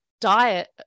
diet